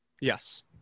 Yes